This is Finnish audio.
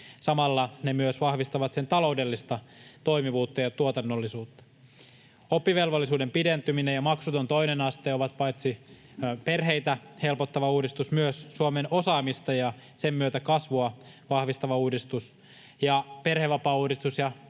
Samalla ne myös vahvistavat niiden taloudellista toimivuutta ja tuotannollisuutta. Oppivelvollisuuden pidentyminen ja maksuton toinen aste ovat paitsi perheitä helpottava uudistus myös Suomen osaamista ja sen myötä kasvua vahvistava uudistus. Perhevapaauudistus